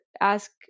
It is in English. ask